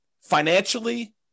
financially